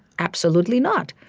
absolutely not.